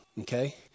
Okay